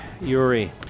Yuri